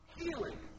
healing